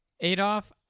Adolf